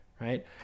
right